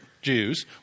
Jews